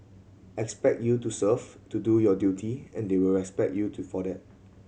expect you to serve to do your duty and they will respect you to for that